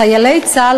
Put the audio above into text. חיילי צה"ל,